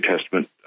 Testament